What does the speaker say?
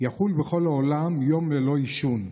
יחול בכל העולם יום ללא עישון,